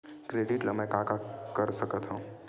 Credit ले मैं का का कर सकत हंव?